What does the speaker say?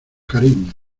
cariño